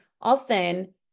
often